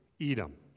Edom